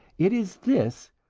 it is this,